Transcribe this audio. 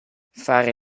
fare